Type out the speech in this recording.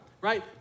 right